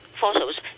fossils